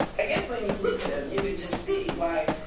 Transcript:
i guess when you look at him, you can just see why